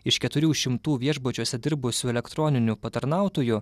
iš keturių šimtų viešbučiuose dirbusių elektroninių patarnautojų